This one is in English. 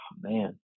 man